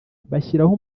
bashyiraho